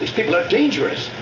people are dangerous